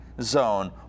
zone